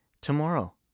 tomorrow